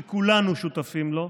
שכולנו שותפים לו,